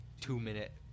two-minute